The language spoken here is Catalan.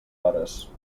hores